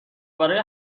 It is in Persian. برای